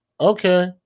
okay